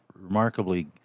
remarkably